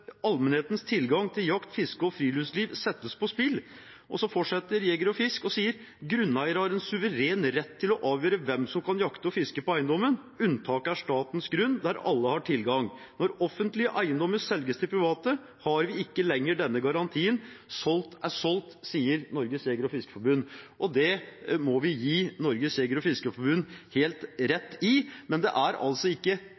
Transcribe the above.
allmennhetens tilgang til jakt, fiske og friluftsliv settes på spill: «Grunneier har en suveren rett til å avgjøre hvem som kan jakte og fiske på eiendommen. Unntaket er statens grunn, der alle har tilgang. Når offentlige eiendommer selges til private har vi ikke lenger denne garantien. Solgt er solgt.» Dette sier Norges Jeger- og Fiskerforbund, og det må vi gi Norges Jeger- og Fiskerforbund helt rett i. Men det er altså ikke